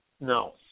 No